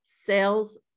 Sales